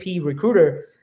recruiter